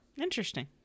Interesting